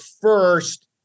first